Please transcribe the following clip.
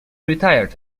retired